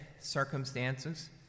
circumstances